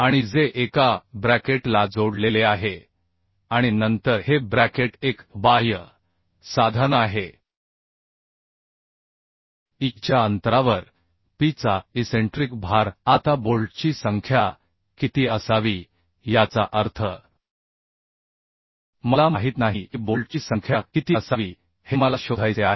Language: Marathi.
आणि जे एका ब्रॅकेट ला जोडलेले आहे आणि नंतर हे ब्रॅकेट एक बाह्य साधन आहे e च्या अंतरावर p चा इसेंट्रिक भार आता बोल्टची संख्या किती असावी याचा अर्थ मला माहित नाही की बोल्टची संख्या किती असावी हे मला शोधायचे आहे